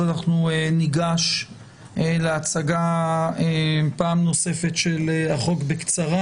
אנחנו ניגש להצגה פעם נוספת של החוק בקצרה.